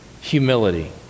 humility